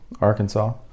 Arkansas